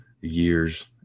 years